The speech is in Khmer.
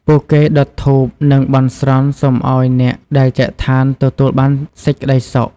ពួកគេដុតធូប និងបន់ស្រន់សុំឲ្យអ្នកដែលចែនឋានទទួលបានសេចក្ដីសុខ។